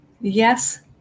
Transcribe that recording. Yes